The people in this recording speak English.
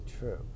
true